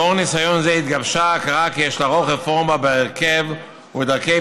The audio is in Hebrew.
לאור ניסיון זה התגבשה ההכרעה שיש לערוך רפורמה